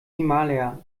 himalaya